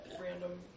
random